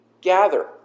gather